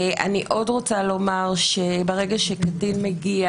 אני עוד רוצה לומר שברגע שקטין מגיע,